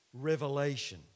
revelation